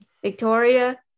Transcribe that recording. Victoria